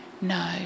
No